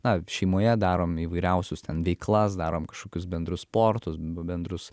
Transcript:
na šeimoje darom įvairiausius ten veiklas darom kažkokius bendrus sportus bendrus